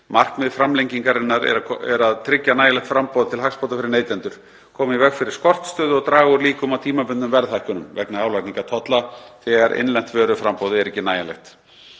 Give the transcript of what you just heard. Markmið framlengingarinnar er að tryggja nægjanlegt framboð til hagsbóta fyrir neytendur, koma í veg fyrir skortstöðu og draga úr líkum á tímabundnum verðhækkunum vegna álagningar tolla þegar innlent vöruframboð er ekki nægjanlegt.